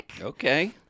Okay